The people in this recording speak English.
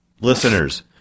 Listeners